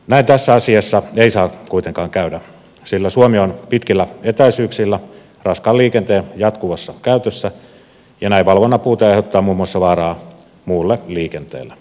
näin tässä asiassa ei saa kuitenkaan käydä sillä suomi on pitkillä etäisyyksillä raskaan liikenteen jatkuvassa käytössä ja näin valvonnan puute aiheuttaa muun muassa vaaraa muulle liikenteelle